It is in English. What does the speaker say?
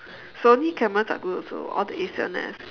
Sony cameras are good also all the A-seven-S